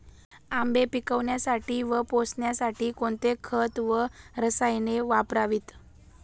आंबे पिकवण्यासाठी व पोसण्यासाठी कोणते खत व रसायने वापरावीत?